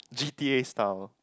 G_T_A style